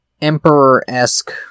Emperor-esque